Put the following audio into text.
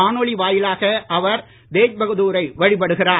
காணொளி வாயிலாக அவர் தேக் பகதூரை வழிபடுகிறார்